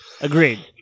Agreed